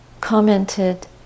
commented